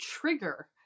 trigger